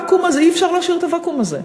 ואי-אפשר להשאיר את הוואקום הזה.